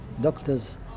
Doctors